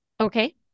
Okay